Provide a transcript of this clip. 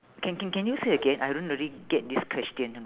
can can can you say again I don't really get this question